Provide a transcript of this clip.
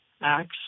acts